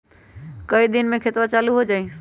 कई दिन मे खतबा चालु हो जाई?